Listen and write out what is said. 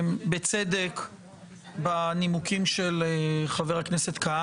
בבקשה, חבר הכנסת קריב.